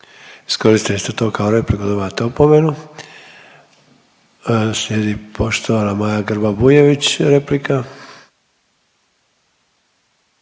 Iskoristili ste to kao repliku dobivate opomenu. Slijedi poštovana Maja Grba-Bujević replika.